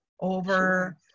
over